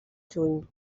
juny